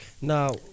Now